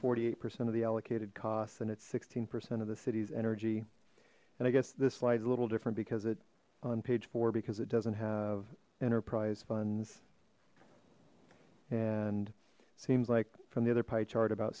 forty eight percent of the allocated costs and it's sixteen percent of the city's energy and i guess this slides a little different because it on page four because it doesn't have enterprise funds and seems like from the other